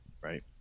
right